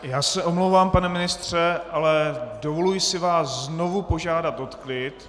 Já se omlouvám, pane ministře, ale dovoluji si znovu požádat o klid!